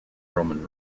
roman